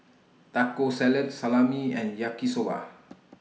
Taco Salad Salami and Yaki Soba